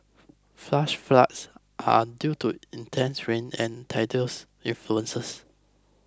flash floods are due to intense rain and tidal s influences